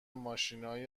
ماشینای